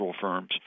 firms